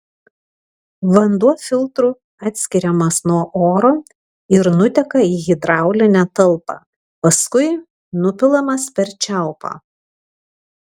vanduo filtru atskiriamas nuo oro ir nuteka į hidraulinę talpą paskui nupilamas per čiaupą